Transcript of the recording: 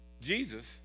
Jesus